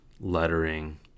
lettering